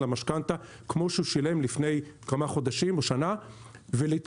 המשכנתה כמו שהוא שילם לפני כמה חודשים או שנה ולשרוד.